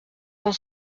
cent